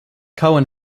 cohen